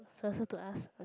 person to ask